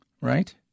Right